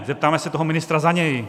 Zeptáme se toho ministra za něj.